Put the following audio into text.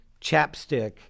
chapstick